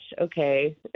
Okay